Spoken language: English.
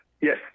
Yes